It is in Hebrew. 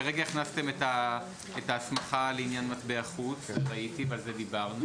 כרגע הכנסתם את ההסמכה לעניין מטבע חוץ ועל זה דיברנו.